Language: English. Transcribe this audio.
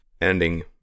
Ending